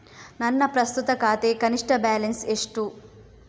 ನನ್ನ ಪ್ರಸ್ತುತ ಖಾತೆಗೆ ಕನಿಷ್ಠ ಬ್ಯಾಲೆನ್ಸ್ ಎಷ್ಟು?